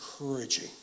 encouraging